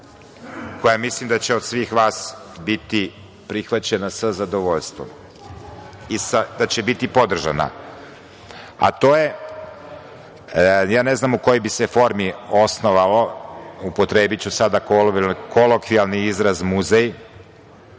koja mislim da će od svih vas biti podržana sa zadovoljstvom, a to je, ne znam u kojoj bi se formi osnovalo, upotrebiću sada kolokvijalni izraz muzej,